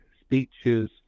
speeches